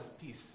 peace